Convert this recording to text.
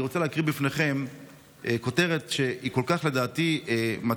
אני רוצה להקריא בפניכם כותרת שלדעתי היא כל כך